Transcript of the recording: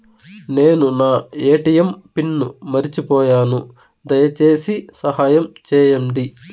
నేను నా ATM pin మర్చిపోయాను, దయచేసి సహాయం చేయండి